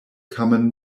common